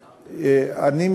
אני,